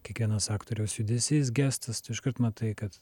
kiekvienas aktoriaus judesys gestas tu iškart matai kad